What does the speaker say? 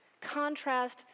contrast